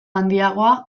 handiagoa